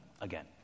again